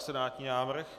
Senátní návrh.